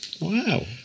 Wow